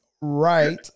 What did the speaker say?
right